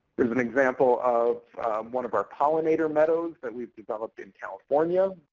here's an example of one of our pollinator meadows that we've developed in california.